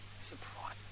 Surprise